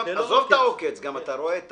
עזוב את העוקץ, אתה גם רואה את